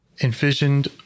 envisioned